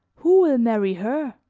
who will marry her?